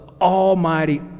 almighty